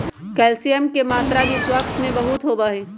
calcium के मात्रा भी स्क्वाश में बहुत होबा हई